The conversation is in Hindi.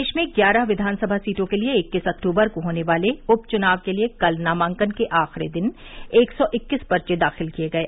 प्रदेश में ग्यारह किधानसभा सीटों के लिये इक्कीस अक्टूबर को होने वाले उप चुनाव के लिये कल नामांकन के आखिरी दिन एक सौ इक्कीस पर्चे दाखिल किये गये